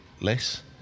less